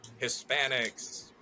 Hispanics